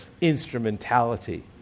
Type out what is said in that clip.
instrumentality